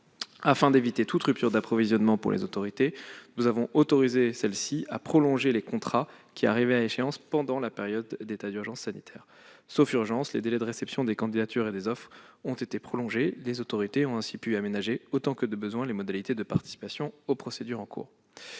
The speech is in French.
Afin d'éviter toute rupture d'approvisionnement pour les autorités, nous avons autorisé celles-ci à prolonger les contrats arrivant à échéance pendant l'état d'urgence sanitaire. Sauf urgence, les délais de réception des candidatures et des offres ont été prolongés : les autorités ont ainsi pu aménager autant que nécessaire les modalités de participation aux procédures en cours.